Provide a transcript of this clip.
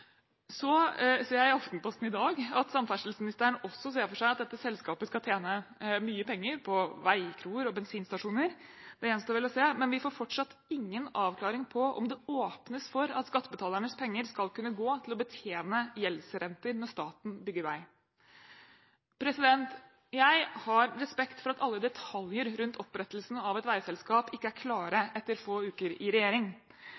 Så ser jeg i Aftenposten i dag at samferdselsministeren også ser for seg at dette selskapet skal tjene mye penger på veikroer og på bensinstasjoner. Det gjenstår å se, men vi får fortsatt ingen avklaring på om det åpnes for at skattebetalernes penger skal kunne gå til å betjene gjeldsrenter når staten bygger vei. Jeg har respekt for at alle detaljer rundt opprettelsen av et veiselskap ikke er klare etter få uker i regjering,